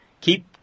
Keep